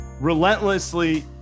relentlessly